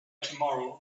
tomorrow